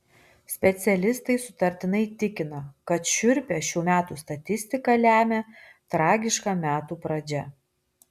specialistai sutartinai tikina kad šiurpią šių metų statistiką lemia tragiška metų pradžia